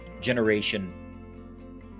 generation